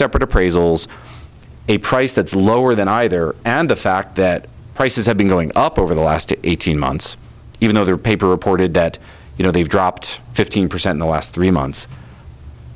separate appraisals a price that's lower than either and the fact that prices have been going on up over the last eighteen months even though their paper reported that you know they've dropped fifteen percent the last three months